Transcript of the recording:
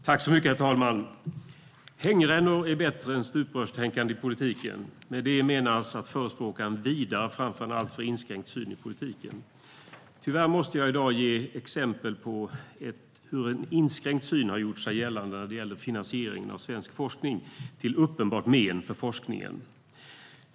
Herr talman! Hängrännor är bättre än stuprörstänkande i politiken. Med det menas att man förespråkar en vidare framför en alltför inskränkt syn i politiken. Tyvärr måste jag i dag ge exempel på hur en inskränkt syn har gjort sig gällande när det gäller finansiering av svensk forskning, till uppenbart men för forskningen.